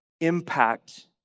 impact